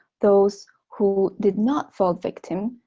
those who did not fall victim,